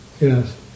Yes